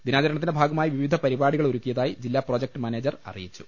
ദിനാചര ണത്തിന്റെ ഭാഗമായി വിവിധ പരിപാടികൾ ഒരുക്കിയതായി ജില്ലാ പ്രോജക്ട് മാനേജർ അറിയിച്ചു